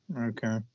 Okay